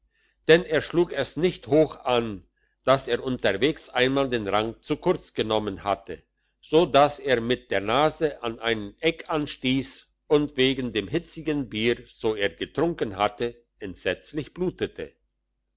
denn er schlug es nicht hoch an dass er unterwegs einmal den rang zu kurz genommen hatte so dass er mit der nase an ein eck anstiess und wegen dem hitzigen bier so er getrunken hatte entsetzlich blutete